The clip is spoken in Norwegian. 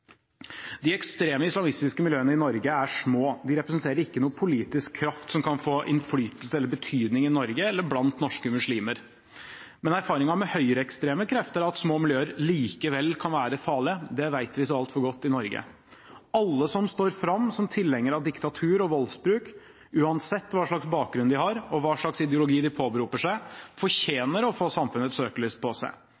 De ekstreme islamistiske miljøene i Norge er små. De representerer ikke noen politisk kraft som kan få innflytelse eller betydning i Norge eller blant norske muslimer. Men erfaringen med høyreekstreme krefter er at små miljøer likevel kan være farlige. Det vet vi så altfor godt i Norge. Alle som står fram som tilhenger av diktatur og voldsbruk, uansett hva slags bakgrunn de har og hva slags ideologi de påberoper seg,